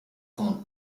corn